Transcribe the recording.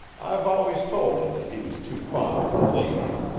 i've always told him that he was too fond of the ladies.